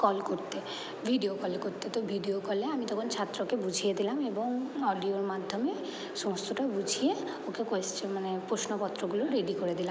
call করতে video call করতে তো ভিডিও কলে আমি তখন ছাত্রকে বুঝিয়ে দিলাম এবং অডিওর মাধ্যমে সমস্তটা বুঝিয়ে ওকে মানে পোশ্নপত্রগুলো রেডি করে দিলাম